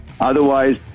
Otherwise